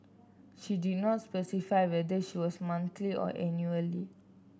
she did not specify whether she was monthly or annually